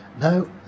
no